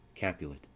capulet